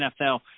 NFL